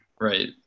Right